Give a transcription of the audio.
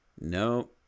No